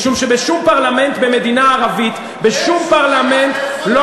משום שבשום פרלמנט במדינה ערבית לא הייתם